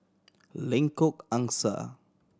Lengkok Angsa